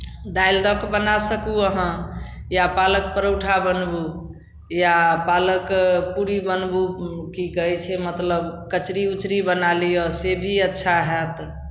दालि दऽ बना सकू अहाँ या पालक परोठा बनबू या पालक पूरी बनबू की कहै छै मतलब कचरी उचरी बना लिअ से भी अच्छा हएत